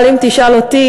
אבל אם תשאל אותי,